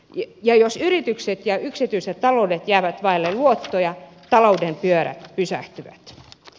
ja jos yritykset ja yksityiset taloudet jäävät vaille luottoja talouden pyörät pysähtyvät